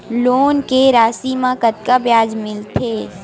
Loan के राशि मा कतका ब्याज मिलथे?